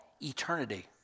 eternity